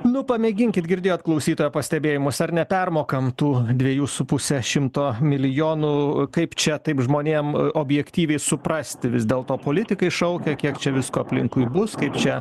nu pamėginkit girdėjot klausytojo pastebėjimus ar nepermokam tų dviejų su puse šimto milijonų kaip čia taip žmonėm objektyviai suprasti vis dėlto politikai šaukia kiek čia visko aplinkui bus kaip čia